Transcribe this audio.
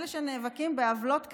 את אלה שנאבקים בעוולות כאלה,